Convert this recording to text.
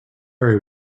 very